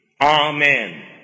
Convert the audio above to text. Amen